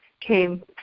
came